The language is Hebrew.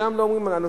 שלא מדברים עליהם,